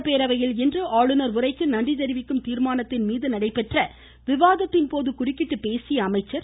சட்டப்பேரவையில் இன்று ஆளுநர் உரைக்கு நன்றி தெரிவிக்கும் தீர்மானத்தின் மீது நடைபெற்ற விவாதத்தின் போது குறுக்கிட்டு பேசிய அமைச்சர் ஓ